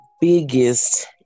biggest